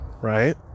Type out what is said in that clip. Right